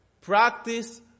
practice